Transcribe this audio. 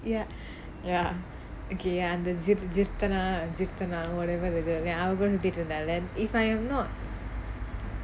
ya okay ya அந்த:antha jeerthanaa jeerthanaa whatever அவ கூட சுத்திட்டு இருந்தாலே:ava kuda suthittu irunthaala is I am not